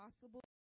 possible